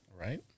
Right